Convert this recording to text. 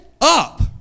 up